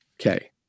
okay